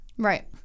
right